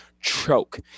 choke